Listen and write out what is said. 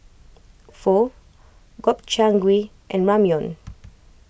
Pho Gobchang Gui and Ramyeon